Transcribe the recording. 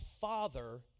father